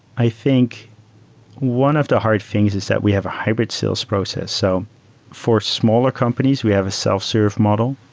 i think one of the hard things is that we have a hybrid sales process. so for smaller companies, we have a self-serve model.